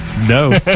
No